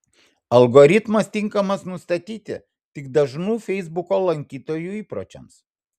algoritmas tinkamas nustatyti tik dažnų feisbuko lankytojų įpročiams